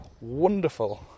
wonderful